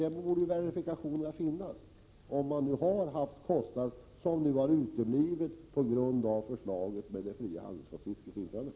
Det borde alltså finnas verifikationer, som visar inkomster som uteblivit på grund av införandet av det fria handredskapsfisket.